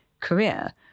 career